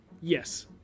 Yes